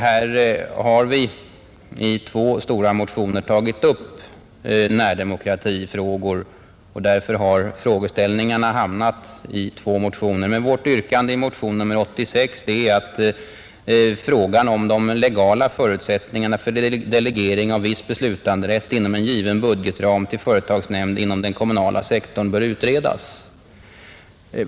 Här har vi i två stora motioner tagit upp närdemokratifrågor, och frågeställningarna har hamnat i båda. Vårt yrkande i motion 86 är att frågan om de legala förutsättningarna för delegering av viss beslutanderätt inom en given budgetram till företagsnämnd inom den kommunala sektorn bör utredas.